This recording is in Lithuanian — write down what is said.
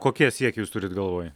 kokie siekiai jūs turite galvoj